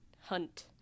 hunt